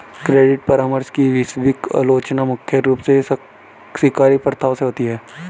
credit परामर्श की वैश्विक आलोचना मुख्य रूप से शिकारी प्रथाओं से होती है